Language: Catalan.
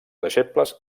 deixebles